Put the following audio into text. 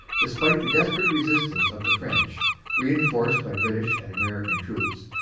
despite the desperate resist ance of the french reinforced by british and american troops,